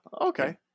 Okay